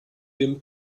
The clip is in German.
dem